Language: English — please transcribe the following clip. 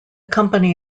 company